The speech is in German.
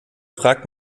fragt